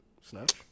Snatch